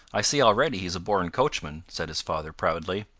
i see already he's a born coachman, said his father proudly.